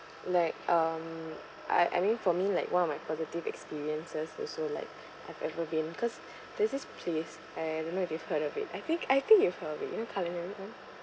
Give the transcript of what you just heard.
like um I I mean for me like one of my positive experiences also like I've ever been cause there's this place I don't know if you've heard of it I think I think you've heard of it you know culinaryon